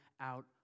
out